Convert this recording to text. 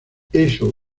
eso